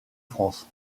france